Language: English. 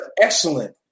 excellent